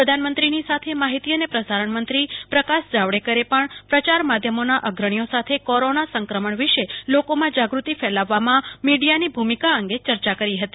પ્રધાનમંત્રીની સાથે માહિતી અને પ્રસારણ મંત્રી પ્રકાશ જાવડેકરે પણ પ્રયાર માધ્યોમોના અગ્રણીઓ સાથે કોરોના સંક્રમણ વિશે લોકોમાં જાગૃતિ ફેલાવવામાં મંકીયાની ભુ મિકા અંગે ચર્ચા કરી હતી